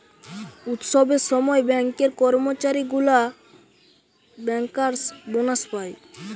উৎসবের সময় ব্যাঙ্কের কর্মচারী গুলা বেঙ্কার্স বোনাস পায়